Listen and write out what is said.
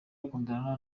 akundana